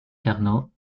carnot